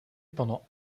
pendant